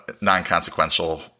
non-consequential